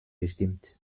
gestimmt